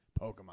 Pokemon